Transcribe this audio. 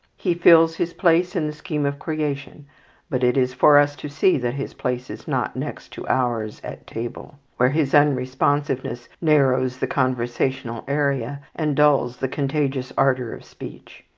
he fills his place in the scheme of creation but it is for us to see that his place is not next to ours at table, where his unresponsiveness narrows the conversational area, and dulls the contagious ardour of speech.